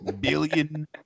billion